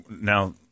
now